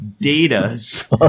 data's